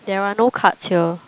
there are no cards here